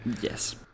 Yes